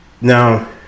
Now